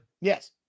yes